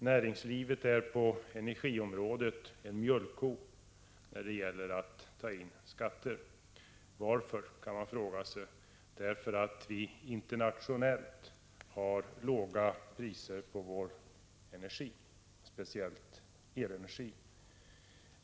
Näringslivet är på energiområdet en mjölkko när det gäller att ta in skatter. Varför, kan man fråga sig. Är det därför att vi internationellt har låga priser på vår energi, speciellt elenergi?